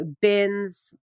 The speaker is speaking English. bins